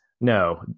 no